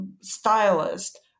stylist